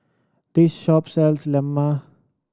this shop sells lemang